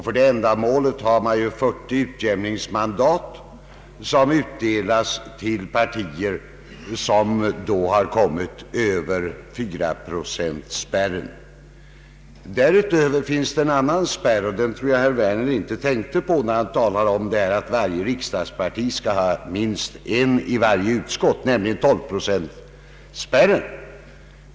För det ändamålet finns det 40 utjämningsmandat som utdelas till partier som kommit över fyraprocentsspärren. Men därutöver finns det en annan spärr, och den tror jag att herr Werner inte tänkte på, när han talade om att varje riksdagsparti skulle ha minst en ledamot i varje utskott, och det är tolvprocentsspärren.